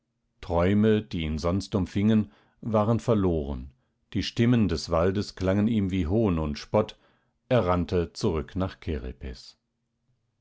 träume die ihn sonst umfingen waren verloren die stimmen des waldes klangen ihm wie hohn und spott er rannte zurück nach